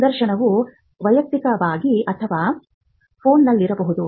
ಸಂದರ್ಶನವು ವೈಯಕ್ತಿಕವಾಗಿ ಅಥವಾ ಫೋನ್ನಲ್ಲಿರಬಹುದು